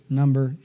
number